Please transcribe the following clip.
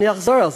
אני אחזור על זה: